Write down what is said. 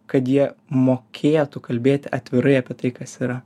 kad jie mokėtų kalbėti atvirai apie tai kas yra